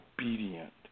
obedient